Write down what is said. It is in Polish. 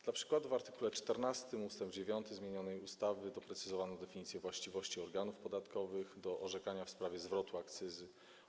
Dla przykładu w art. 14 ust. 9 zmienianej ustawy doprecyzowano definicję właściwości organów podatkowych do orzekania w sprawie zwrotu akcyzy.